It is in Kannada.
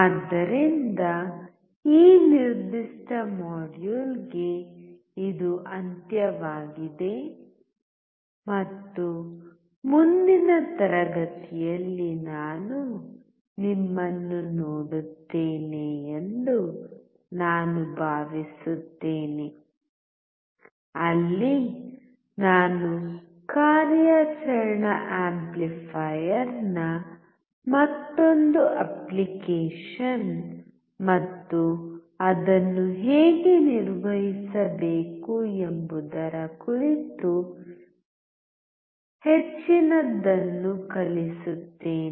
ಆದ್ದರಿಂದ ಈ ನಿರ್ದಿಷ್ಟ ಮಾಡ್ಯೂಲ್ಗೆ ಇದು ಅಂತ್ಯವಾಗಿದೆ ಮತ್ತು ಮುಂದಿನ ತರಗತಿಯಲ್ಲಿ ನಾನು ನಿಮ್ಮನ್ನು ನೋಡುತ್ತೇನೆ ಎಂದು ನಾನು ಭಾವಿಸುತ್ತೇನೆ ಅಲ್ಲಿ ನಾನು ಕಾರ್ಯಾಚರಣಾ ಆಂಪ್ಲಿಫೈಯರ್ನ ಮತ್ತೊಂದು ಅಪ್ಲಿಕೇಶನ್ ಮತ್ತು ಅದನ್ನು ಹೇಗೆ ನಿರ್ವಹಿಸಬೇಕು ಎಂಬುದರ ಕುರಿತು ಹೆಚ್ಚಿನದನ್ನು ಕಲಿಸುತ್ತೇನೆ